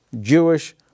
Jewish